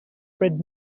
fred